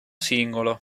singolo